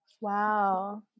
Wow